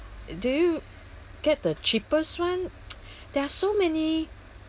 do you get the cheapest one there are so many